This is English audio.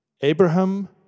Abraham